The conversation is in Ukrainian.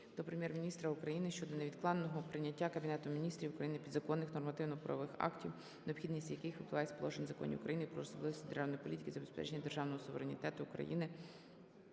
до Прем'єр-міністра України щодо невідкладного прийняття Кабінетом Міністрів України підзаконних нормативно-правових актів, необхідність яких випливає із положень законів України "Про особливості державної політики із забезпечення державного суверенітету України